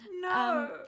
No